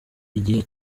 igihe